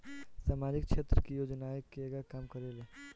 सामाजिक क्षेत्र की योजनाएं केगा काम करेले?